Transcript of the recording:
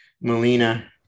melina